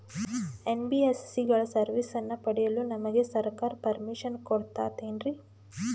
NBSC ಗಳ ಸರ್ವಿಸನ್ನ ಪಡಿಯಲು ನಮಗೆ ಸರ್ಕಾರ ಪರ್ಮಿಷನ್ ಕೊಡ್ತಾತೇನ್ರೀ?